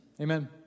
Amen